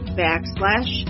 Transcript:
backslash